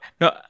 no